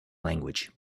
language